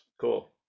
cool